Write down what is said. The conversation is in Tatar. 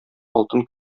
алтын